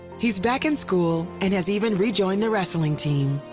he is back in school and has even rejoined the wrestling team.